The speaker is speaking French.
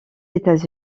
états